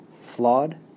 Flawed